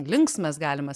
linksmas galima